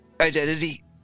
identity